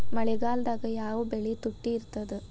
ಮಳೆಗಾಲದಾಗ ಯಾವ ಬೆಳಿ ತುಟ್ಟಿ ಇರ್ತದ?